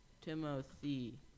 Timothy